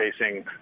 facing